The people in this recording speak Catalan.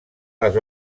les